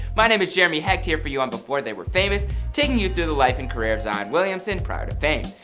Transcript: my name is jeremy hecht here for you on before they were famous taking you through the life and career of zion williamson prior to fame.